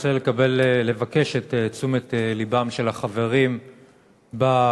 אני רוצה לבקש את תשומת לבם של החברים במליאה